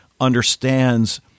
understands